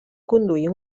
conduir